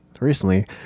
Recently